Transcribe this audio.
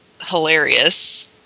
hilarious